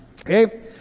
okay